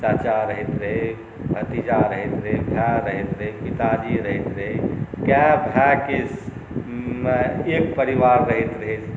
चाचा रहैत रहै भतीजा रहैत रहै भाइ रहैत रहै पिताजी रहैत रहै कएक भाइके एक परिवार रहैत रहै